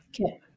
Okay